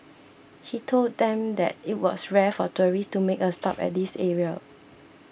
he told them that it was rare for tourists to make a stop at this area